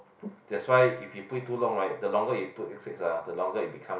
that's why if you put it too long right the longer you put it ah the longer it become